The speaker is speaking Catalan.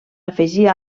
afegir